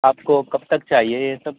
آپ کو کب تک چاہیے یہ سب